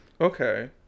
Okay